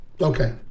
Okay